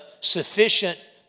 sufficient